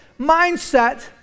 mindset